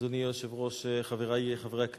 אדוני היושב-ראש, חברי חברי הכנסת,